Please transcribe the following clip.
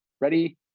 ready